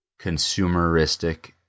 consumeristic